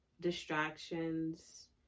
distractions